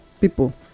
people